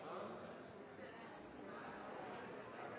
Det er på langt nær